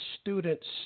students